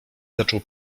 zaczął